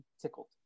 tickled